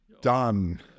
done